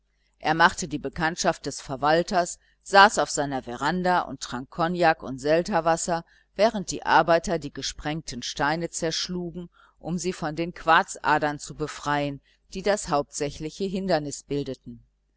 er machte die bekanntschaft des verwalters saß auf seiner veranda und trank kognak und selterwasser während die arbeiter die gesprengten steine zerschlugen um sie von den quarzadern zu befreien die das hauptsächliche hindernis bildeten